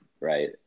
right